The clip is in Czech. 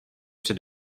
před